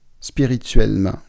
spirituellement